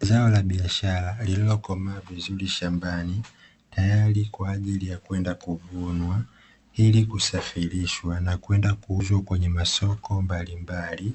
Zao la biashara lililokomaa vizuri shambani tayari kwa ajili ya kwenda kuvunwa, ili kusafirishwa na kwenda kuuzwa kwenye masoko mbalimbali